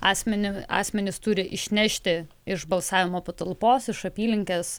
asmenys asmenys turi išnešti iš balsavimo patalpos iš apylinkės